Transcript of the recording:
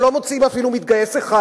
שלא מוציאים אפילו מתגייס אחד.